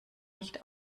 nicht